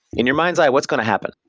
in your mind's eye, what's going to happen?